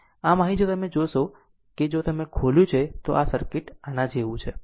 આમ અહીં જો તમે જોશો કે જો તમે તેને ખોલ્યું છે તો સર્કિટ આ જેવું છે